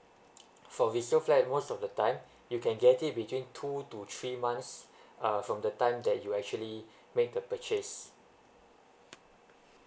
for resale flat most of the time you can get it between two to three months uh from the time that you actually make the purchase